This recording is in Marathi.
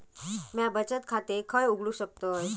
म्या बचत खाते खय उघडू शकतय?